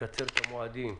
לקצר את המועדים,